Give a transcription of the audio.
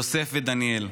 יוסף ודניאל.